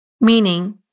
meaning